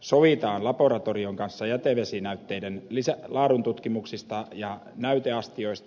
sovitaan laboratorion kanssa jätevesinäytteiden laatututkimuksista ja näyteastioista